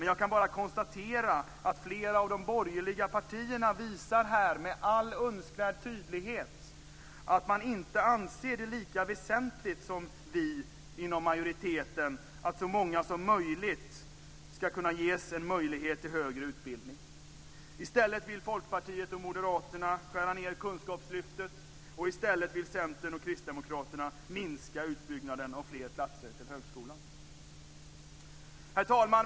Jag kan konstatera att flera av de borgerliga partierna här visar med all önskvärd tydlighet att de inte anser det lika väsentligt som vi inom majoriteten att så många som möjligt ska kunna ges en möjlighet till högre utbildning. I stället vill Folkpartiet och Moderaterna skära ned kunskapslyftet, och i stället vill Herr talman!